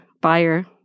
buyer